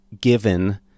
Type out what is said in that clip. given